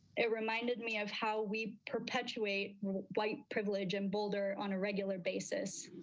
it reminded me of how we perpetuate white privilege and bolder on a regular basis.